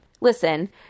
listen